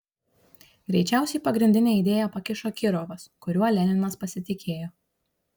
greičiausiai pagrindinę idėją pakišo kirovas kuriuo leninas pasitikėjo